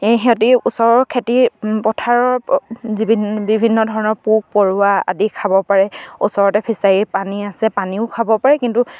সিহঁতি ওচৰৰ খেতি পথাৰৰ বিভিন্ন ধৰণৰ পোক পৰুৱা আদি খাব পাৰে ওচৰতে ফিচাৰী পানী আছে পানীও খাব পাৰে কিন্তু